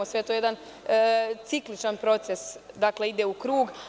Sve je to jedan cikličan proces, ide u krug.